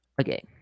Okay